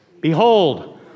Behold